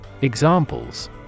Examples